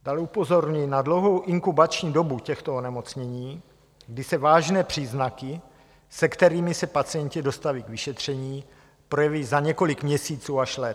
Dále upozorňuji na dlouhou inkubační dobu těchto onemocnění, kdy se vážné příznaky, se kterými se pacienti dostaví k vyšetření, projeví za několik měsíců až let.